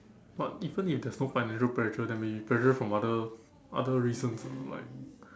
but even if there's no financial pressure there may be pressure from other other reasons ah like